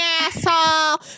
asshole